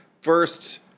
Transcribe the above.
first